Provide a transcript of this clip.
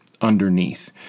underneath